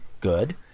good